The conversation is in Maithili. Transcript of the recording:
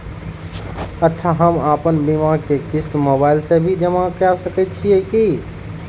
अच्छा हम आपन बीमा के क़िस्त मोबाइल से भी जमा के सकै छीयै की?